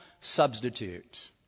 substitute